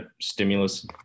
stimulus